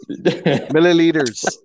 Milliliters